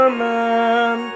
man